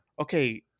okay